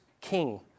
king